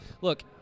look